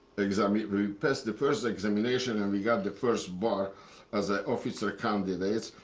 examination. we passed the first examination, and we got the first bar as ah officer candidates.